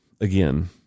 Again